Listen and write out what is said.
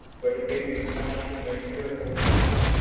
but it gave him time to make careful plans.